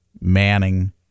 Manning